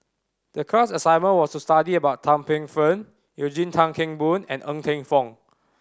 the class assignment was to study about Tan Paey Fern Eugene Tan Kheng Boon and Ng Teng Fong